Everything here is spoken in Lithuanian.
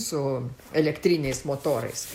su elektriniais motorais